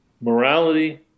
Morality